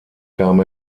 kam